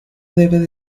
debe